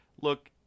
look